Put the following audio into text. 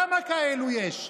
כמה כאלה יש?